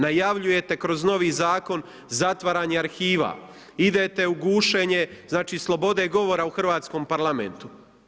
Najavljujete kroz novi zakon zatvaranje arhiva, idete u gušenje znači slobode govora u hrvatskom Parlamentu.